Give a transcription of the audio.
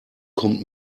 kommt